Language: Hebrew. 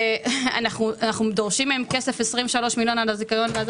אנו דורשים מהם כסף 23 מיליון על הזיכיון ורק